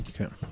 Okay